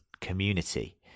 community